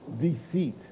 deceit